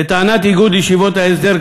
לטענת איגוד ישיבות ההסדר,